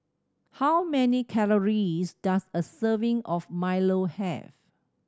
how many calories does a serving of milo have